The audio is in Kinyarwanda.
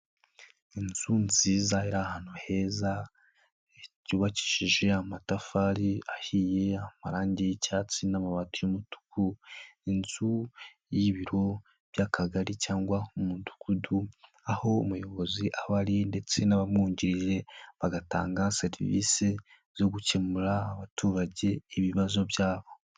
Inzu nziza iri ahantu heza, yubakishije amatafari ahiye y'amarangi y'icyatsi n'amabati y'umutuku, inzu y'ibiro by'Akagari cyangwa Umudugudu, aho umuyobozi aba ari ndetse n'abamwungirije bagatanga serivisi zo gukemura abaturage ibibazo byabo.